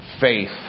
faith